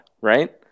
right